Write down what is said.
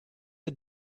the